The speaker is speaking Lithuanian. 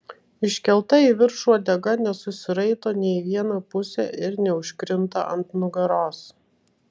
iškelta į viršų uodega nesusiraito nė į vieną pusę ir neužkrinta ant nugaros